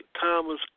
Thomas